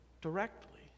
directly